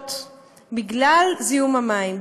מחלות בגלל זיהום המים,